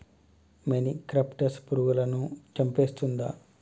మొనిక్రప్టస్ పురుగులను చంపేస్తుందా?